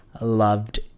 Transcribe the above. loved